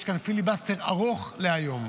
יש כאן פיליבסטר ארוך להיום.